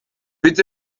bitte